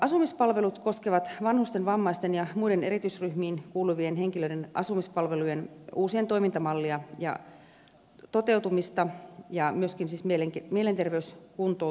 asumispalvelut koskevat vanhusten vammaisten ja muiden erityisryhmiin kuuluvien henkilöiden asumispalveluiden uusia toimintamalleja ja toteutumista ja myöskin siis mielenterveyskuntoutujien